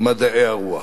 מדעי הרוח.